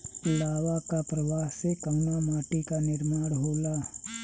लावा क प्रवाह से कउना माटी क निर्माण होला?